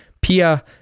Pia